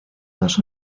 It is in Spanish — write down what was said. dos